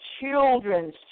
children's